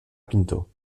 pinto